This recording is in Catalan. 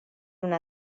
una